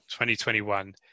2021